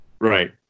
Right